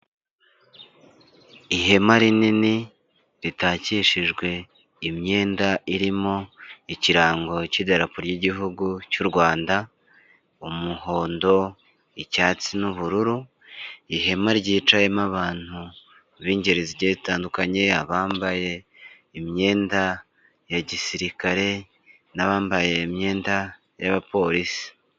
Ihema rinini ritakishijwe imyenda irimo ikirango cy'idarapo ry'igihugu cy'u Rwanda, umuhondo, icyatsi n'ubururu, ihema ryicayemo abantu b'ingeri zigiye zitandukanye, abambaye imyenda ya gisirikare n'abambaye imyenda y'abapolisi.